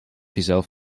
jezelf